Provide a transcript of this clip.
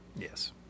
Yes